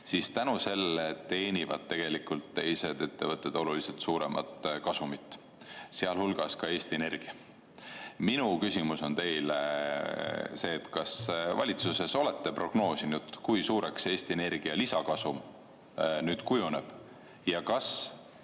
siis tänu sellele teenivad tegelikult teised ettevõtted oluliselt suuremat kasumit, sealhulgas Eesti Energia. Minu küsimus teile on selline: kas te valitsuses olete prognoosinud, kui suureks Eesti Energia lisakasum nüüd kujuneb ning kas